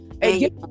hey